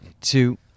two